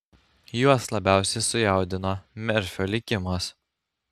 juos labiausiai sujaudino merfio likimas